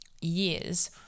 years